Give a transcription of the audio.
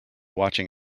watching